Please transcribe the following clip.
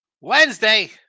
Wednesday